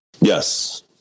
Yes